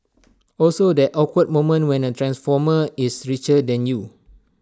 also that awkward moment when A transformer is richer than you